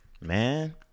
man